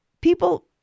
people